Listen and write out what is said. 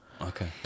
Okay